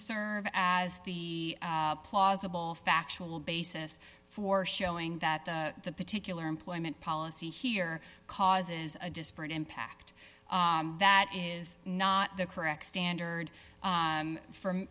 serve as the plausible factual basis for showing that the particular employment policy here causes a disparate impact that is not the correct standard for for